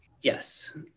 Yes